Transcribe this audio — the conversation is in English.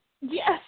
Yes